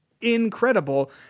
incredible